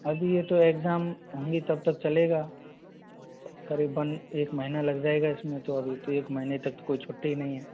अभी ये तो एग्ज़ाम होंगे तब तक चलेगा करीबन एक महीना लग जाएगा इसमें तो अभी तो एक महीने तक तो कोई छुट्टी नहीं है